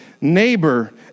Neighbor